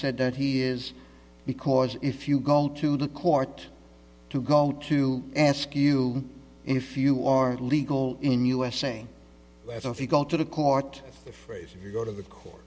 said that he is because if you go to the court to go to ask you if you are legal in usa as if you go to the court the phrase if you go to the court